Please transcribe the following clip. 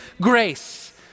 grace